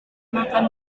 makan